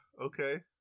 okay